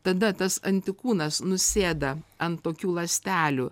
tada tas antikūnas nusėda ant tokių ląstelių